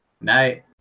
Night